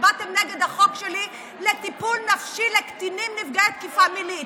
הצבעתם נגד החוק שלי לטיפול נפשי לקטינים נפגעי תקיפה מינית.